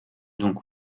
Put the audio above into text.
donc